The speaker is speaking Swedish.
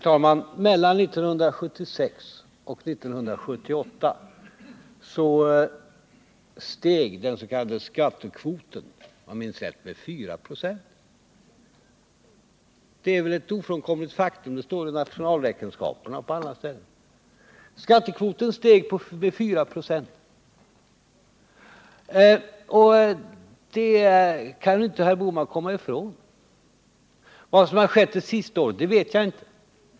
Herr talman! Mellan 1976 och 1978 steg den s.k. skattekvoten, om jag minns rätt, med 4 96. Det är väl ett ofrånkomligt faktum. Det står i nationalräkenskaperna och är redovisat på annat sätt. Att skattekvoten steg med 4 96 kan alltså herr Bohman inte komma ifrån. Vad som har skett under det senaste året vet jag inte.